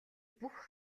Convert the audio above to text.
бүх